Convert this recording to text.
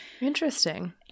Interesting